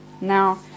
Now